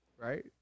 Right